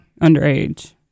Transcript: underage